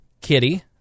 kitty